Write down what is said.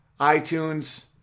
iTunes